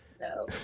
No